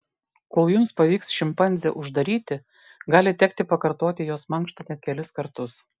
kol jums pavyks šimpanzę uždaryti gali tekti pakartoti jos mankštą net kelis kartus